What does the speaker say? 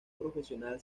profesional